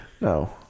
No